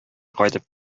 кайтып